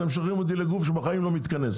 אתם שולחים אותי לגוף שבחיים לא מתכנס.